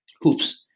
hoops